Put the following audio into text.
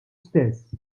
stess